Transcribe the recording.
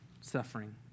suffering